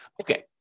Okay